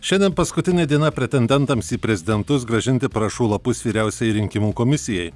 šiandien paskutinė diena pretendentams į prezidentus grąžinti parašų lapus vyriausiajai rinkimų komisijai